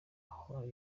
aho